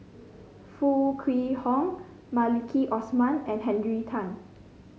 Foo Kwee Horng Maliki Osman and Henry Tan